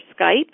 Skype